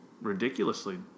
ridiculously